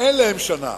אין להם שנה.